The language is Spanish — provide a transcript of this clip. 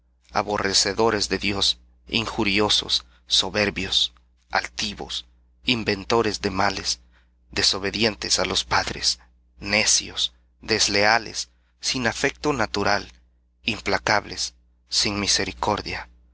aborrecedores de dios injuriosos soberbios altivos inventores de males desobedientes á los padres necios desleales sin afecto natural implacables sin misericordia